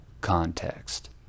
context